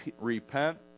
repent